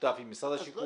משותף עם משרד השיכון,